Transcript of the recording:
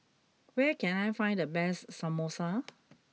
where can I find the best Samosa